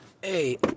Hey